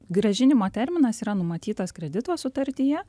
grąžinimo terminas yra numatytas kredito sutartyje